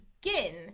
begin